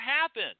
happen